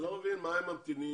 אני לא מבין למה הם ממתינים.